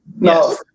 Yes